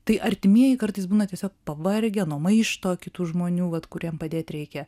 tai artimieji kartais būna tiesiog pavargę nuo maišto kitų žmonių vat kuriem padėt reikia